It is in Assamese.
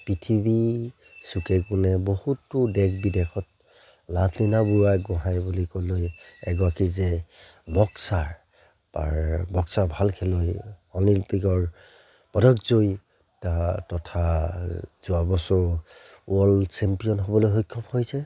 পৃথিৱীৰ চুকে কোণে বহুতো দেশ বিদেশত লাভলীনা বুঢ়াগোঁহাই বুলি ক'লে এগৰাকী যে বক্সাৰ পাৰ বক্সাৰ ভাল খেলুৱৈ অলিম্পিকৰ পদকজয়ী তা তথা যোৱাবছৰ ৱৰ্ল্ড চেম্পিয়ন হ'বলৈ সক্ষম হৈছে